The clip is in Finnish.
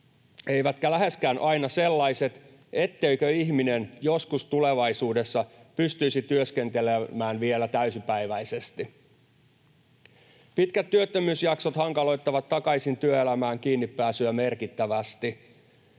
eivätkä läheskään aina sellaiset, etteikö ihminen joskus tulevaisuudessa pystyisi vielä työskentelemään täysipäiväisesti. Pitkät työttömyysjaksot hankaloittavat merkittävästi pääsyä takaisin